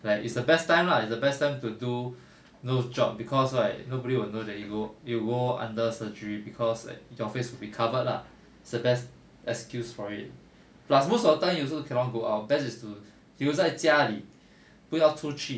like is the best time lah is the best time to do nose job cause right nobody will know that you go you go under surgery cause like your face will be covered lah is the best excuse for it plus most of the time you also cannot go out best is to 留在家里不要出去